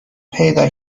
پیدا